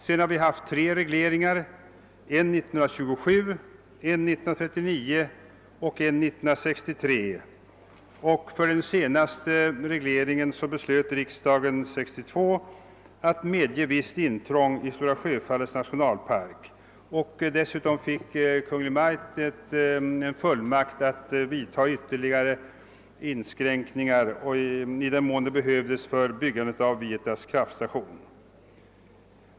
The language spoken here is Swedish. Sedan har vi haft tre regleringar, en 1927, en 1939 och en 1963. För den senaste regleringen beslöt riksdagen 1962 att medge visst intrång i Stora Sjöfallets nationalpark, och dessutom fick Kungl. Maj:t fullmakt att vidta ytterligare inskränkningar i den mån det behövdes för byggandet av Vietas kraftstation.